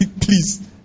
Please